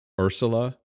Ursula